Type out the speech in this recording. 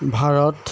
Bharat